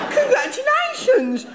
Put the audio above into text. Congratulations